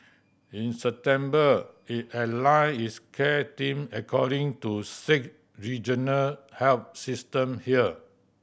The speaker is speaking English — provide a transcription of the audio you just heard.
in September it aligned its care team according to six regional health system here